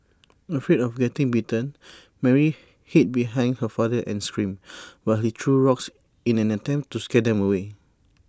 afraid of getting bitten Mary hid behind her father and screamed while he threw rocks in an attempt to scare them away